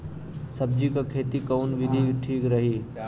सब्जी क खेती कऊन विधि ठीक रही?